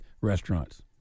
restaurants